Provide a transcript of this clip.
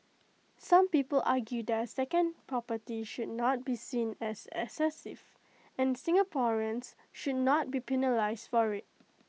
some people argue that A second property should not be seen as excessive and Singaporeans should not be penalised for IT